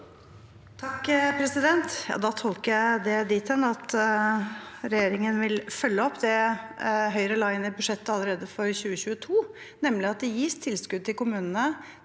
(H) Da tolker jeg det dit hen at regjeringen vil følge opp det Høyre la inn i budsjettet allerede for 2022, nemlig at det gis tilskudd til kommunene